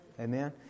Amen